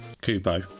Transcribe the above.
Kubo